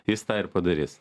jis tą ir padaris